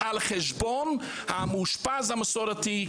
על חשבון המאושפז המסורתי,